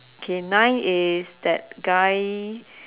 okay nine is that guy